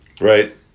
Right